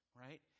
right